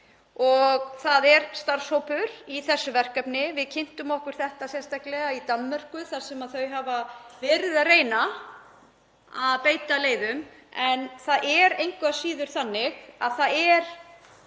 Það er starfshópur í þessu verkefni. Við kynntum okkur þetta sérstaklega í Danmörku þar sem þau hafa verið að reyna að beita leiðum. Það er engu að síður þannig að það er